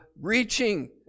reaching